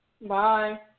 bye